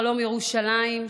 חלום ירושלים,